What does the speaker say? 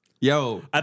Yo